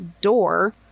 door